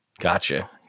gotcha